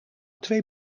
twee